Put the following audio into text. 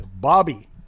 Bobby